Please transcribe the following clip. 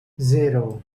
zero